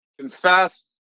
confess